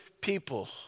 people